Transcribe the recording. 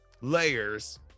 layers